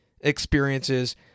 experiences